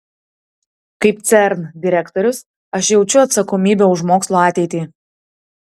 kaip cern direktorius aš jaučiu atsakomybę už mokslo ateitį